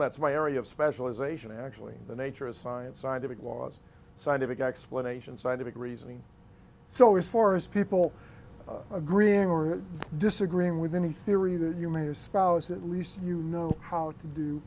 that's my area of specialization actually the nature of science scientific laws scientific explanation scientific reasoning so as far as people agreeing or disagreeing with any theory that you may espouse at least you know how to do